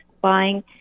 buying